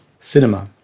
cinema